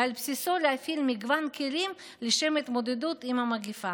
ועל בסיסו להפעיל מגוון כלים לשם התמודדות עם המגפה.